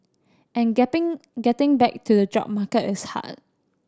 and getting back to the job market is hard